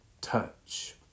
touch